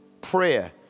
prayer